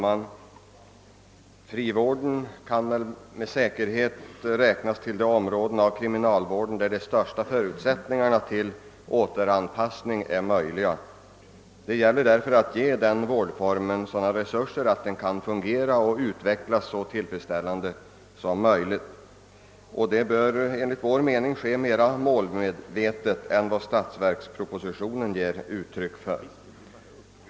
Herr talman! Frivården kan räknas till de områden inom kriminalvården där förutsättningarna för en återanpassning är störst. Därför gäller det att ge den vårdformen sådana resurser att den kan fungera och utvecklas så bra som möjligt. Enligt vår mening bör detta ske på ett mera målmedvetet sätt än vad som kommit till uttryck i statsverkspropositionen.